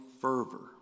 fervor